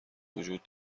وجود